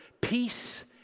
peace